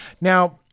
Now